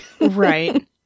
Right